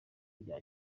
rya